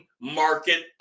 market